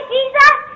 Jesus